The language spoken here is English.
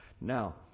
Now